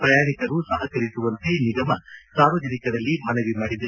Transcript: ಪ್ರಯಾಣಿಕರು ಸಹಕರಿಸುವಂತೆ ನಿಗಮ ಸಾರ್ವಜನಿಕರಲ್ಲಿ ಮನವಿ ಮಾಡಿದೆ